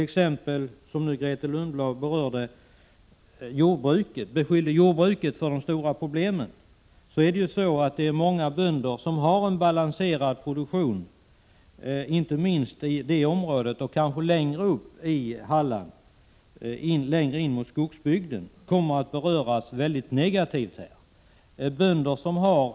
Grethe Lundblad beskyllde jordbruket för att ha vållat de stora problemen, men det är ju så att många bönder har en balanserad produktion. Inte minst bönder i området utmed Laholmsbukten och även längre upp i Halland och in mot skogsbygden kommer att beröras mycket negativt av de föreslagna åtgärderna.